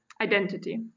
identity